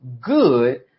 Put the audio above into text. good